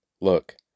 Look